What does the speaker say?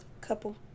couple